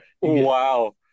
Wow